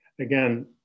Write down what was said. Again